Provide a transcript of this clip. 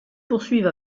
poursuivre